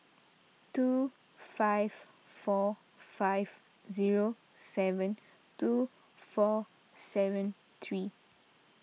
two five four five zero seven two four seven three